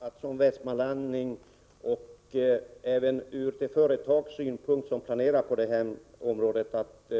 Herr talman! Som västmanlänning tycker jag det är tacknämligt, och det måste det vara även från det företags synpunkt som planerar att gå in på det här området, att